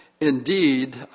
Indeed